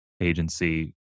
agency